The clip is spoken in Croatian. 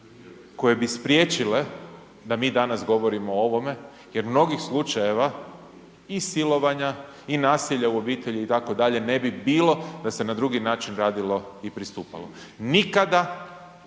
koje bi spriječile da mi danas govorimo o ovome jer mnogih slučajeva i silovanja i nasilja u obitelji itd., ne bi bilo da se na drugi način radio i pristupalo. Nikada,